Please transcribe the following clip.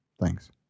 Thanks